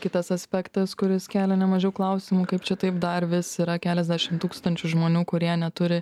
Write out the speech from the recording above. kitas aspektas kuris kelia ne mažiau klausimų kaip čia taip dar vis yra keliasdešim tūkstančių žmonių kurie neturi